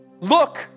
look